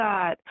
God